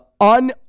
un